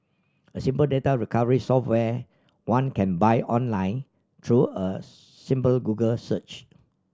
a simple data recovery software one can buy online through a simple Google search